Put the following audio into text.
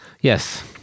Yes